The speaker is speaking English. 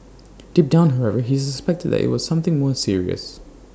deep down however he suspected IT was something more serious